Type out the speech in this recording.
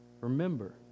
Remember